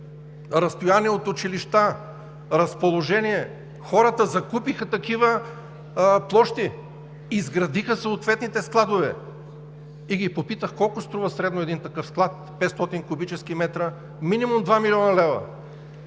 разстояния от училища, разположение. Хората закупиха такива площи, изградиха съответните складове. Попитах ги: колко струва средно един такъв склад 500 куб. м? Минимум два милиона лева.